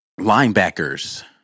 Linebackers